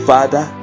Father